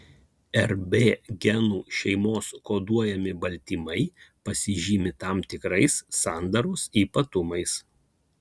rb genų šeimos koduojami baltymai pasižymi tam tikrais sandaros ypatumais